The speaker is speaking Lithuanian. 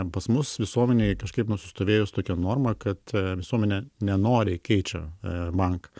pas mus visuomenėj kažkaip nusistovėjus tokia norma kad visuomenė nenoriai keičia a banką